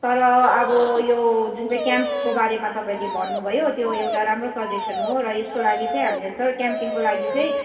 तर अब यो जुन चाहिँ केम्पको बारेमा तपाईँले भन्नुभयो त्यो एउटा राम्रो सजेसन हो र यसको लागि चाहिँ हामीले सर क्याम्पिङको लागि चाहिँ